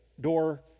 door